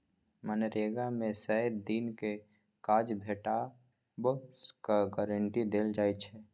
मनरेगा मे सय दिनक काज भेटबाक गारंटी देल जाइ छै